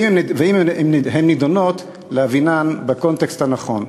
ואם הן נדונות, להבינן בקונטקסט הנכון.